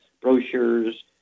brochures